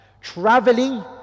Traveling